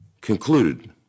concluded